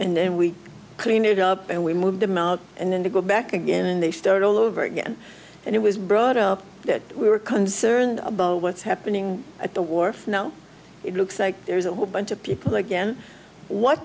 and we clean it up and we move them out and then we go back again and they start all over again and it was brought up that we were concerned about what's happening at the wharf now it looks like there's a whole bunch of people again what